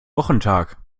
wochentag